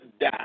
die